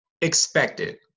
expected